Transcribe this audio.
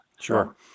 Sure